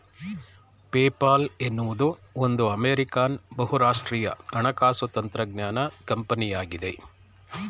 PayPal ಎನ್ನುವುದು ಒಂದು American ಬಹುರಾಷ್ಟ್ರೀಯ ಹಣಕಾಸು ತಂತ್ರಜ್ಞಾನ ಕಂಪನಿಯಾಗಿದೆ